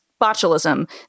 botulism